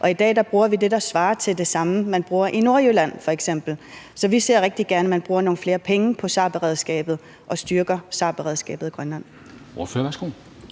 i dag bruger vi det, der svarer til det, man f.eks. bruger i Nordjylland, så vi ser rigtig gerne, at man bruger nogle flere penge på SAR-beredskabet og styrker det i Grønland.